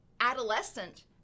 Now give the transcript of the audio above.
adolescent